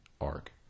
arc